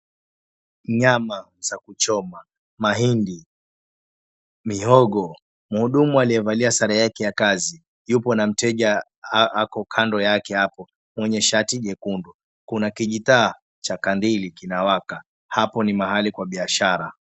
Nyama za kuchoma, mahindi, mihogo. Mhudumu aliyevalia sare yake ya kazi yupo na mteja ako kando yake hapo, mwenye shati jekundu. Kuna kijitaa cha kandili kinawaka. Hapo ni mahali kwa biashara.